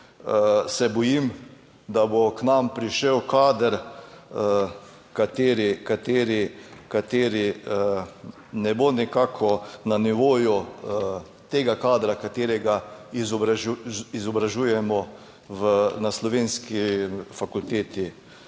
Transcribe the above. se bojim, da bo k nam prišel kader, kateri, kateri, kateri ne bo nekako na nivoju tega kadra, katerega izobražujemo na slovenski fakulteti,